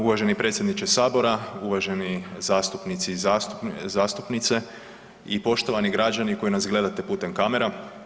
Uvaženi predsjedniče sabora, uvaženi zastupnici i zastupnice i poštovani građani koji nas gledate putem kamera.